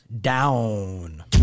down